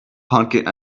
honking